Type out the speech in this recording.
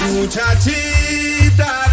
Muchachita